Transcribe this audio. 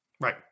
Right